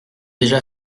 déjà